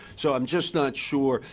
so i'm just not sure.